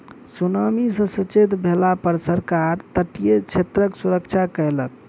tsunami सॅ सचेत भेला पर सरकार तटीय क्षेत्रक सुरक्षा कयलक